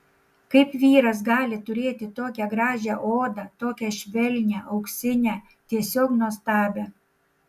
kaip vyras gali turėti tokią gražią odą tokią švelnią auksinę tiesiog nuostabią